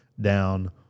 down